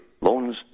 loans